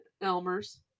Elmer's